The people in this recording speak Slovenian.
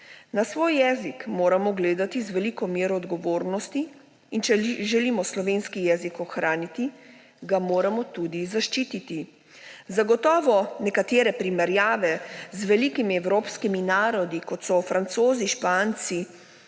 Na svoj jezik moramo gledati z veliko mero odgovornosti in če želimo slovenski jezik ohraniti, ga moramo tudi zaščititi. Zagotovo nekatere primerjave z velikimi evropskimi narodi, kot so Francozi, Španci